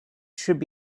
should